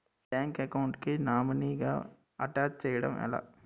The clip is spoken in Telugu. బ్యాంక్ అకౌంట్ కి నామినీ గా అటాచ్ చేయడం ఎలా?